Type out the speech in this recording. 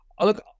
Look